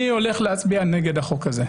אני הולך להצביע נגד החוק הזה.